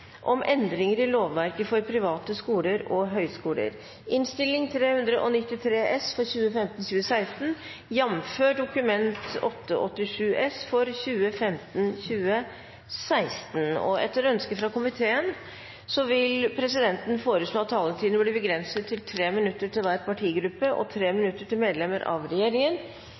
om at møtet fortsetter utover kl. 16. Etter ønske fra energi- og miljøkomiteen vil presidenten foreslå at taletiden blir begrenset til 5 minutter til hver partigruppe og 5 minutter til medlemmer av regjeringen.